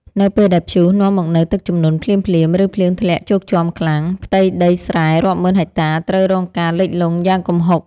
នៅពេលដែលព្យុះនាំមកនូវទឹកជំនន់ភ្លាមៗ ឬភ្លៀងធ្លាក់ជោកជាំខ្លាំង ផ្ទៃដីស្រែរាប់ម៉ឺនហិកតាត្រូវរងការលិចលង់យ៉ាងគំហុក។